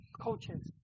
coaches